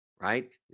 right